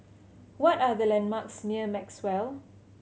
what are the landmarks near Maxwell